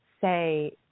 say